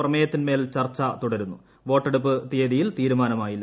പ്രമേയത്തിന്മേൽ ചർച്ച തുടരുന്നു വോട്ടെടുപ്പ് തീയതിയിൽ തീരുമാനമായില്ല